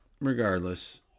regardless